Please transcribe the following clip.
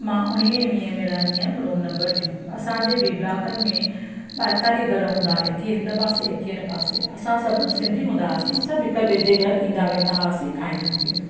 मां उणिवीह वीह में रहंदी हुअमि रूम नंबर टू असांजे बी ब्लॉकनि में ॿाएतालीह घरु हूंदा एकवीह हिन पासे एकवीह हिन पासे असां सभु सिंधी हूंदा हुआसीं सभु हिकु ॿिए जे घरु ईंदा वेंदासीं खाईंदा पियंदा